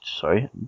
sorry